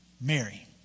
Mary